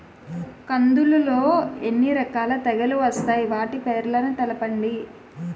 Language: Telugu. కందులు లో ఎన్ని రకాల తెగులు వస్తాయి? వాటి పేర్లను తెలపండి?